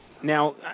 Now